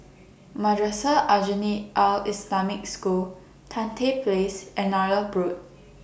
Madrasah Aljunied Al Islamic School Tan Tye Place and Nallur Road